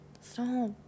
Stop